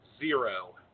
Zero